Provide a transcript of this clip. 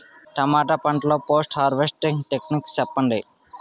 టమాటా పంట లొ post harvesting techniques చెప్పండి?